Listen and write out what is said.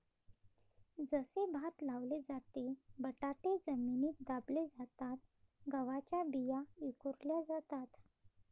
जसे भात लावले जाते, बटाटे जमिनीत दाबले जातात, गव्हाच्या बिया विखुरल्या जातात